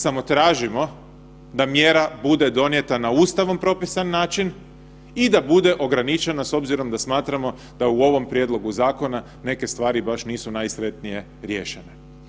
Samo tražimo da mjera bude donijeta na ustavom propisan način i da bude ograničena s obzirom da smatramo da u ovom prijedlogu zakona neke stvari baš nisu najsretnije riješene.